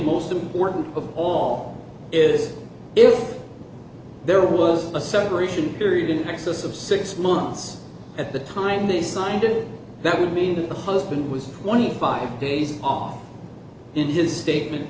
most important of all is if there was a separation period in excess of six months at the time they signed it that would mean that the husband was twenty five days off in his statement